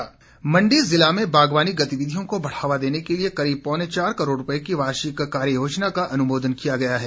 बागवानी मण्डी जिला में बागवानी गतिविधियों को बढ़ावा देने के लिए करीब पौने चार करोड़ रुपए की वार्षिक कार्य योजना का अनुमोदन किया गया है